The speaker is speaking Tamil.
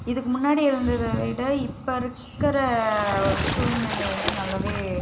இதுக்கும் முன்னாடி இருந்ததை விட இப்போ இருக்கிற ஒரு சூழ்நிலையில் நல்லாவே